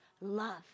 love